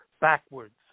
backwards